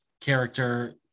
character